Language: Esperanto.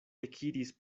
ekiris